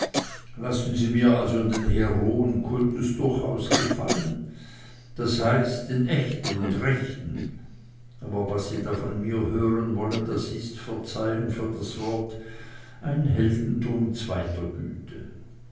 allergrößte lasse mir also den heroenkultus durchaus gefallen das heißt den echten und rechten aber was sie da von mir hören wollen das ist verzeihung für das wort ein heldentum zweiter güte